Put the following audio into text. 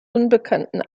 unbekannten